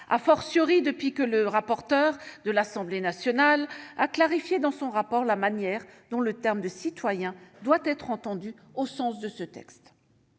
rédhibitoire, depuis que le rapporteur de l'Assemblée nationale a clarifié, dans son rapport, la manière dont le terme « citoyen » doit être entendu s'agissant de ce texte.